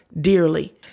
dearly